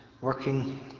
working